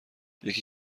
یکی